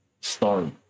story